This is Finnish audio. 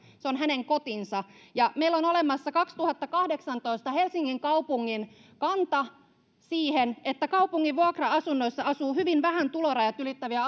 se on hänen kotinsa ja meillä on olemassa vuodelta kaksituhattakahdeksantoista helsingin kaupungin kanta siihen että kaupungin vuokra asunnoissa asuu hyvin vähän tulorajat ylittäviä